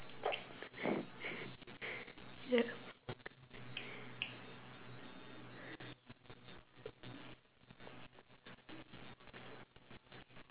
yeah